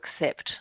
accept